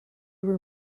were